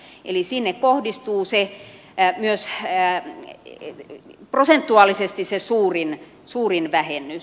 eli sinne kohdistuu myös prosentuaalisesti se suurin vähennys